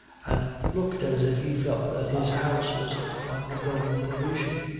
and looked as if he felt that his house was undergoing pollution.